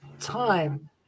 time